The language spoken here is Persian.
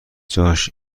جاش